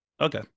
Okay